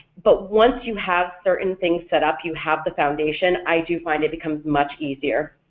but once you have certain things set up, you have the foundation, i do find it becomes much easier.